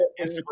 Instagram